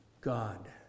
God